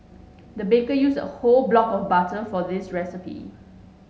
the baker used a whole block of butter for this recipe